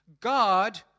God